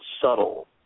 subtle